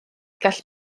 gall